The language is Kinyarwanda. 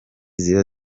ziba